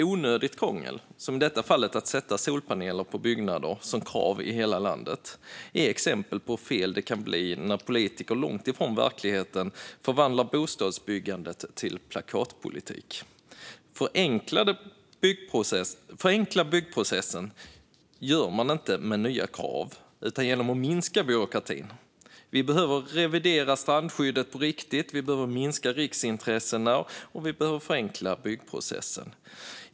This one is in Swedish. Onödigt krångel - i detta fall att i hela landet ha krav på att man ska sätta solpaneler på byggnader - är exempel på hur fel det kan bli när politiker som är långt ifrån verkligheten förvandlar bostadsbyggandet till plakatpolitik. Man förenklar inte byggprocessen med nya krav utan genom att minska byråkratin. Vi behöver revidera strandskyddet på riktigt, minska riksintressena och förenkla byggprocessen.